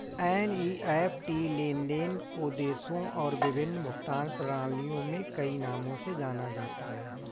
NEFT लेन देन को देशों और विभिन्न भुगतान प्रणालियों में कई नामों से जाना जाता है